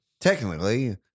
Technically